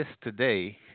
today